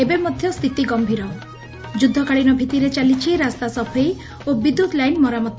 ଏବେ ମଧ୍ଧ ସ୍ବିତି ଗ ଯୁଦ୍ଧକାଳୀନ ଭିତ୍ତିରେ ଚାଲିଛି ରାସ୍ତା ସଫେଇ ଓ ବିଦ୍ୟୁତ୍ ଲାଇନ୍ ମରାମତି